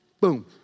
boom